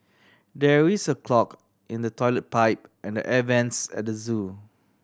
there is a clog in the toilet pipe and air vents at zoo